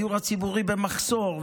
הדיור הציבורי במחסור,